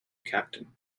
captain